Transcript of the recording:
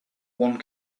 one